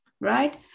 right